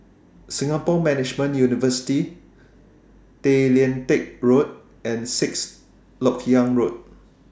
Singapore Management University Tay Lian Teck Road and Sixth Lok Yang Road